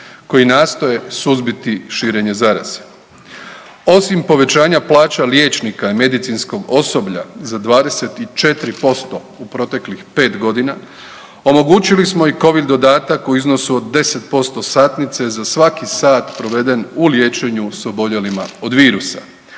koje nastoje suzbiti širenje zaraze. Osim povećanja plaća liječnika i medicinskog osoblja za 24% u proteklih 5 godina, omogućili smo i Covid dodatak u iznosu od 10% satnice za svaki sat proveden u liječenju s oboljelima od virusa